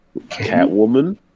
Catwoman